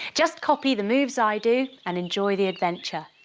just copy the moves i do and enjoy the adventure!